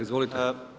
Izvolite.